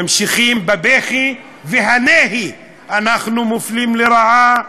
ממשיכים בבכי ובנהי: אנחנו מופלים לרעה,